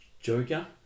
Joker